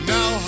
Now